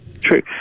True